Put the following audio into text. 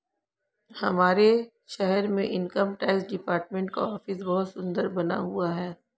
हमारे शहर में इनकम टैक्स डिपार्टमेंट का ऑफिस बहुत सुन्दर बना हुआ है